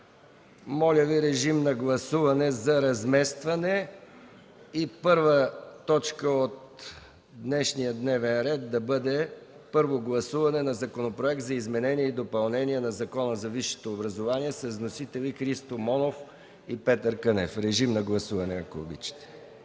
Моля, гласувайте разместването и първа точка от днешния дневен ред да бъде първо гласуване на Законопроект за изменение и допълнение на Закона за висшето образование с вносители Христо Монов и Петър Кънев. Гласували 110 народни